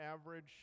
average